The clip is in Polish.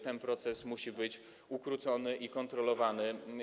Ten proces musi być ukrócony i kontrolowany.